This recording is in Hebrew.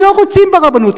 הם לא רוצים ברבנות,